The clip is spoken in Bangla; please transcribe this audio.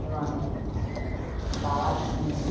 এবং বাবার ধামে